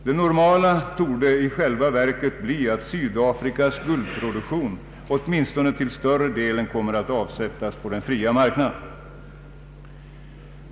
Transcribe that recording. Det normala torde i själva verket bli att Sydafrikas guldproduktion åtminstone till större delen kommer att avsättas på den fria marknaden.